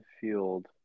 field